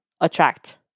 attract